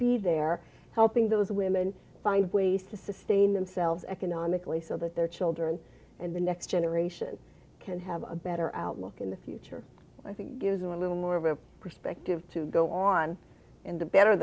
be there helping those women find ways to sustain themselves economically so that their children and the next generation can have a better outlook in the future i think gives them a little more of a perspective to go on and to better